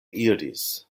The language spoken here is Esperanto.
iris